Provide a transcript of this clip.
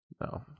no